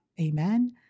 Amen